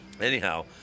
Anyhow